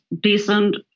decent